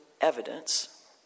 evidence